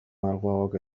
malguagoak